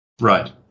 Right